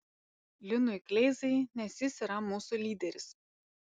linui kleizai nes jis yra mūsų lyderis